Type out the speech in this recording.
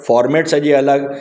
format सॼी अलॻि